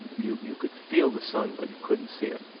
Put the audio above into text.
you you could feel the sun, but you couldn't see it.